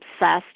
obsessed